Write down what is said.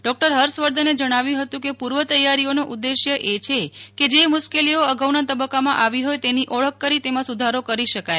doctor હર્ષવર્ધને જણાવ્યું હતું કે પૂર્વ તૈયારીઓનો ઉદ્દેશ્ય એ છે કે જે મુશ્કલીઓ અગાઉના તબક્કામાં આવી હોય તેની ઓળખ કરી તેમાં સુધારો કરી શકાય